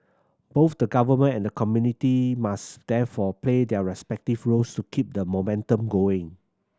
both the government and the community must therefore play their respective roles to keep the momentum going